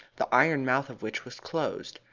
the iron mouth of which was closed,